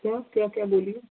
क्या क्या क्या बोलिए